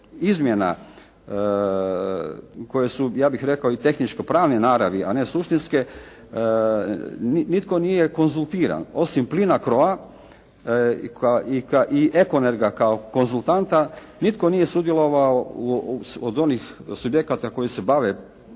izmjena koje su ja bih rekao i tehničko-pravne naravi a ne suštinske, nitko nije konzultiran osim Plinocroa i Ekonerga kao konzultanata, nitko nije sudjelovao od onih subjekata koji se bave